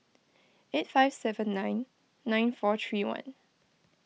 eight five seven nine nine four three one